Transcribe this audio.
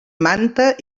manta